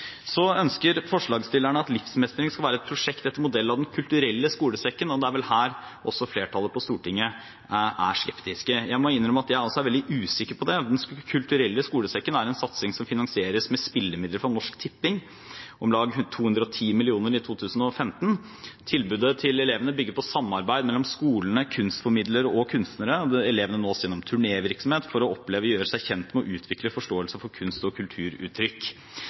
ønsker at livsmestring skal være et prosjekt etter modell av Den kulturelle skolesekken, og det er vel her flertallet på Stortinget er skeptisk. Jeg må innrømme at jeg også er veldig usikker på dette. Den kulturelle skolesekken er en satsing som finansieres med spillemidler fra Norsk Tipping, om lag 210 mill. kr i 2015, og tilbudet til elevene bygger på samarbeid mellom skolene, kunstformidlere og kunstnere. Elevene nås gjennom turnévirksomhet for å få oppleve, gjøre seg kjent med og utvikle forståelse for kunst- og kulturuttrykk.